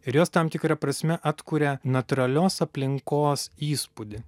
ir jos tam tikra prasme atkuria natūralios aplinkos įspūdį